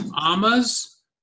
amas